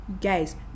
guys